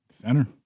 Center